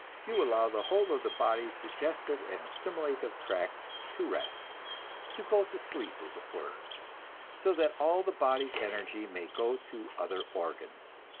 you allow the whole of the body's digestive and assimilative tract to rest to go to sleep, as it were so that all the body's energy may go to other organs.